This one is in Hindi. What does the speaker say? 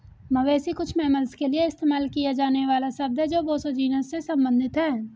मवेशी कुछ मैमल्स के लिए इस्तेमाल किया जाने वाला शब्द है जो बोसो जीनस से संबंधित हैं